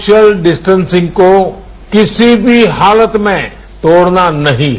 social distancing को किसी भी हालत में तोड़ना नहीं है